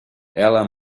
ela